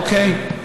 אוקיי?